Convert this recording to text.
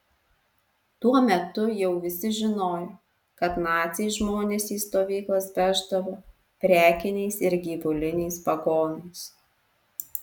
tuo metu jau visi žinojo kad naciai žmones į stovyklas veždavo prekiniais ir gyvuliniais vagonais